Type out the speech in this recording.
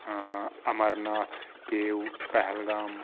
اَمرناتھ کیو پہلگام